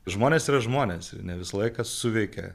žmonės yra žmonės ne visą laiką suveikia